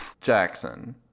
Jackson